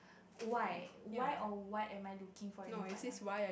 why why or what am I looking for in a partner